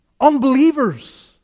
unbelievers